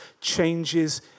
changes